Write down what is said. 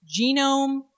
genome